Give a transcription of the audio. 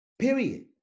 Period